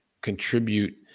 contribute